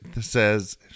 says